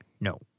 No